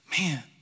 man